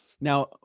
Now